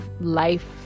life